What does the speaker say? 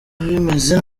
bimeze